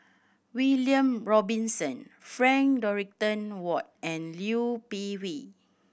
William Robinson Frank Dorrington Ward and Liu Peihe